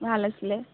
ভাল আছিলে